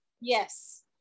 Yes